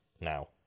now